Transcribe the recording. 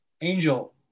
Angel